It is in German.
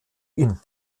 ihn